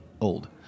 old